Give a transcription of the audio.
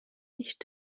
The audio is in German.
nicht